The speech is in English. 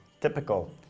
Typical